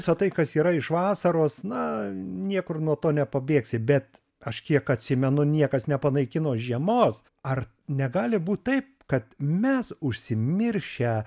visa tai kas yra iš vasaros na niekur nuo to nepabėgsi bet aš kiek atsimenu niekas nepanaikino žiemos ar negali būt taip kad mes užsimiršę